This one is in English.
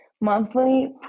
Monthly